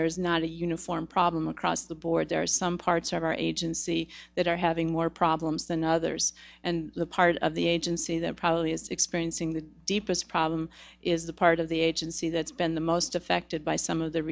there's not a uniform problem across the board there are some parts of our agency that are having more problems than others and the part of the agency that probably is experiencing the deepest problem is the part of the agency that's been the most affected by some of the